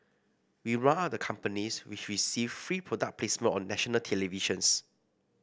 we round up the companies which received free product placements on national televisions